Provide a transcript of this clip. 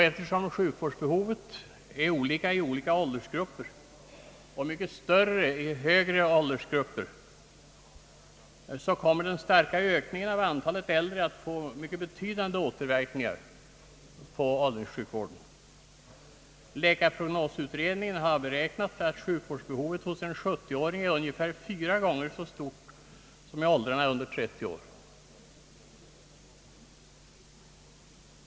Eftersom sjukvårdsbehovet är olika i olika åldersgrupper och mycket större i högre åldersgrupper, så kommer den stora ökningen av antalet äldre att få mycket betydande återverkningar på åldringssjukvården, Läkarprognosutredningen har beräknat att sjukvårdsbehovet hos en 70-åring är ungefär fyra gånger så stort som i åldrarna under 30 år.